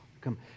Come